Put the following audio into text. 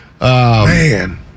Man